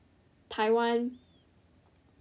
Taiwan